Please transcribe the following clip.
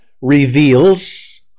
reveals